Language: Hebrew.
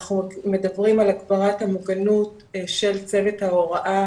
אנחנו מדברים על הגברת המוגנות של צוות ההוראה,